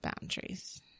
boundaries